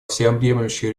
всеобъемлющей